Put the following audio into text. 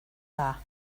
dda